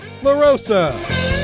LaRosa